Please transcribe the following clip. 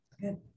Good